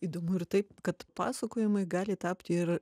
įdomu ir tai kad pasakojimai gali tapti ir